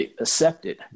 accepted